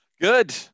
Good